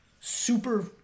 super